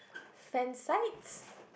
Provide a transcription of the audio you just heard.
sand sights